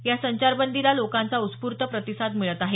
या संचारबंदीला लोकांचा उत्स्फूर्त प्रतिसाद मिळत आहे